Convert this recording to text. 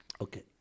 Okay